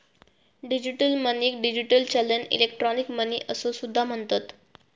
digital मनीक digital चलन, electronic money असो सुद्धा म्हणतत